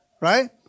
right